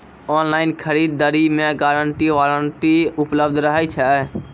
Online खरीद दरी मे गारंटी वारंटी उपलब्ध रहे छै?